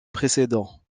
précédent